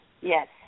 yes